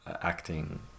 acting